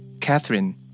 Catherine